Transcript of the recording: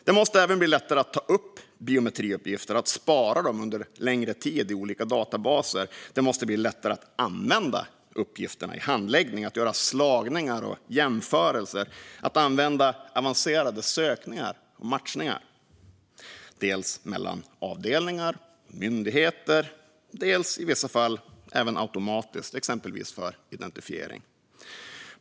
Det måste bli lättare att ta upp biometriuppgifter och att spara dem under en längre tid i olika databaser. Det måste även bli lättare att använda uppgifterna i handläggning - att göra slagningar och jämförelser och att använda avancerade sökningar och matchningar, dels mellan avdelningar och myndigheter och dels i vissa fall automatiskt, exempelvis för identifiering.